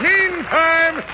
Meantime